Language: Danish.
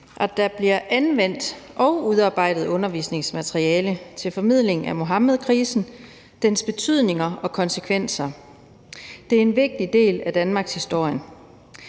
at der bliver anvendt og udarbejdet undervisningsmateriale til formidling af Muhammedkrisen, dens betydninger og konsekvenser; det er en vigtig del af danmarkshistorien.